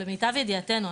למיטב ידיעתנו,